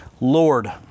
Lord